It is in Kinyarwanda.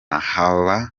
haba